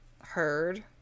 heard